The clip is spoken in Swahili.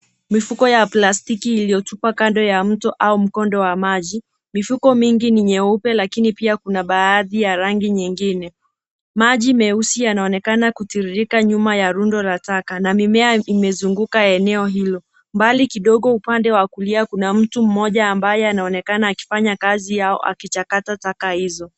Mifuko ya plastiki iliyotupwa kando mto au mkondo wa maji, mifuko mingi ni nyeupe lakini pia kuna baadhi ya rangi nyingine. Maji, meusi yanaonekana kutiririka nyuma ya rundo la taka, na mimea, imezunguka eneo hilo. Mbali kidogo, upande wa kulia kuna mtu mmoja ambaye anaonekana akifanya kazi, au akichakata taka hizo.